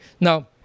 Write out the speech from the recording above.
Now